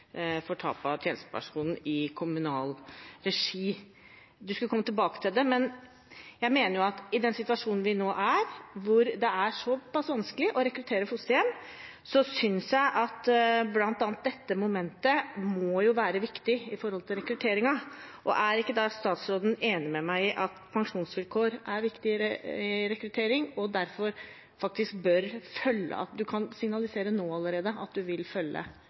for tapet av tjenestepensjonen i kommunal regi. Statsråden skulle komme tilbake til det, men i den situasjonen vi nå er, der det er såpass vanskelig å rekruttere fosterhjem, synes jeg at bl.a. dette momentet må være viktig. Er ikke statsråden enig med meg i at pensjonsvilkår er viktig i rekruttering, og at det derav faktisk bør følge at han kan signalisere allerede nå at han vil følge